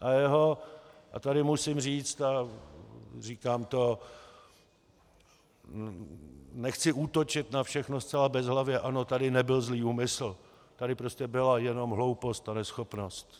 a jeho tady musím říci, říkám to, nechci útočit na všechno zcela bezhlavě, ano, tady nebyl zlý úmysl, tady prostě byla jenom hloupost a neschopnost.